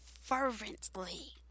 fervently